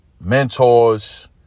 mentors